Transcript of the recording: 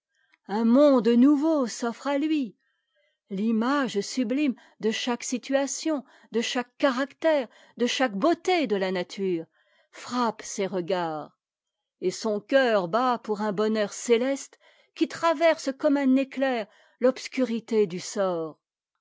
un monde nouveau s'offre à lui l'image sublime de chaque situation de chaque caractère de chaque beauté de la nature frappe ses regards et son cœur bat pour un bonheur céleste qui traverse comme un éclair l'obscurité du sort